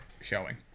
showing